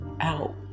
out